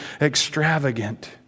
extravagant